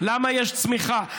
למה יש צמיחה?